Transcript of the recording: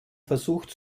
versucht